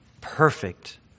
perfect